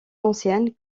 anciennes